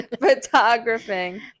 Photographing